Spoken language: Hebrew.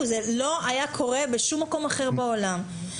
זה לא היה קורה בשום מקום אחר שהשוטר